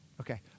Okay